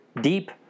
deep